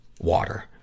water